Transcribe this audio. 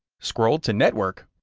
scroll to network,